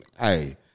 Hey